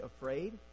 afraid